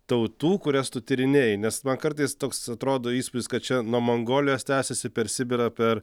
tautų kurias tu tyrinėji nes man kartais toks atrodo įspūdis kad čia nuo mongolijos tęsiasi per sibirą per